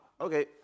okay